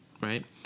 Right